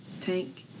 tank